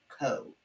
co